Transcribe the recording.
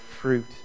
fruit